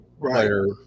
player